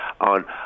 on